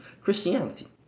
Christianity